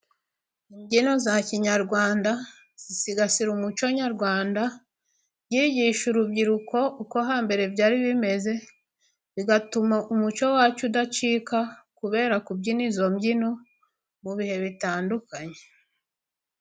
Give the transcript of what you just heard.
Imbyino za kinyarwanda zisigasira umuco nyarwanda zigisha urubyiruko uko hambere byari bimeze, bigatuma umuco wacu udacika kubera kubyina izo mbyino mu bihe bitandukanye.